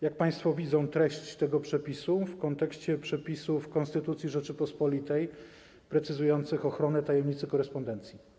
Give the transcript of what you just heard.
Jak państwo widzą treść tego przepisu w kontekście przepisów Konstytucji Rzeczypospolitej Polskiej precyzujących ochronę tajemnicy korespondencji?